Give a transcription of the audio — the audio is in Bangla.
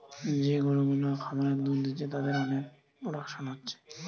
যে গরু গুলা খামারে দুধ দিচ্ছে তাদের অনেক প্রোডাকশন হচ্ছে